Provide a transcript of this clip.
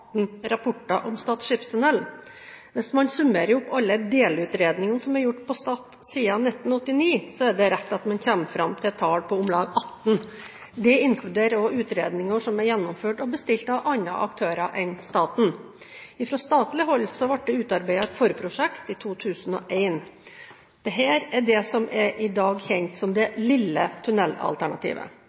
rapporter om Stad skipstunnel. Hvis man summerer opp alle delutredninger som er gjort om Stad siden 1989, er det riktig at man kommer fram til et tall på om lag 18. Dette inkluderer også utredninger som er gjennomført og bestilt av andre aktører enn staten. Fra statlig hold ble det utarbeidet et forprosjekt i 2001. Dette er det som i dag er kjent som «det lille tunnelalternativet».